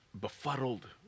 befuddled